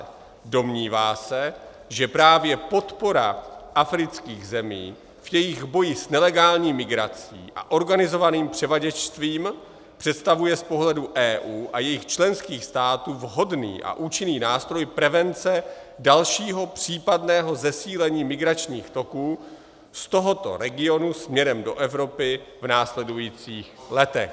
5. domnívá se, že právě podpora afrických zemí v jejich boji s nelegální migrací a organizovaným převaděčstvím představuje z pohledu EU a jejích členských států vhodný a účinný nástroj prevence dalšího případného zesílení migračních toků z tohoto regionu směrem do Evropy v následujících letech;